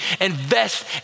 invest